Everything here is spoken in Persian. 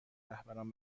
رهبران